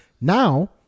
Now